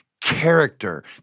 character